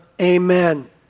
Amen